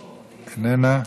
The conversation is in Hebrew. איננה,